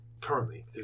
currently